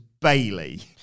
Bailey